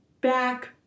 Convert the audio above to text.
Back